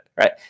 Right